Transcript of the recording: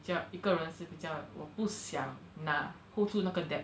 叫一个人谁比较 right 我不想拿 hold 住那个 debt